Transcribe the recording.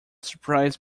surprised